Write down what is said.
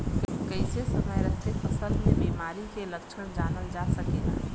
कइसे समय रहते फसल में बिमारी के लक्षण जानल जा सकेला?